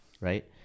right